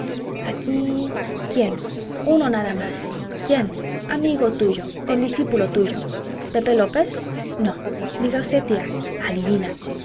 aquí quién uno nada más quién amigo tuyo condiscípulo tuyo pepe lópez no diga usted tía adivina